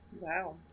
Wow